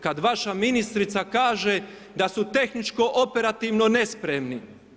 Kada vaše ministrica kaže, da su tehničko operativno nespremni.